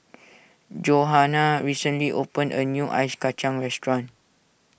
Johanna recently opened a new Ice Kachang restaurant